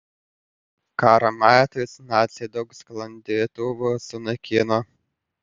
karo metais naciai daug sklandytuvų sunaikino